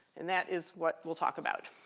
and that is what we'll talk about.